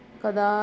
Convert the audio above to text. कदा